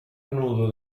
nudo